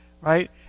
right